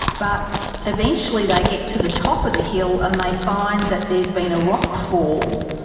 but eventually, they get to the top of the hill and they find that there's been a rock fall,